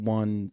one